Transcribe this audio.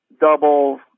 double